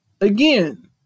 again